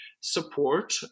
support